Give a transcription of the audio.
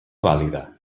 vàlida